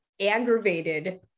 aggravated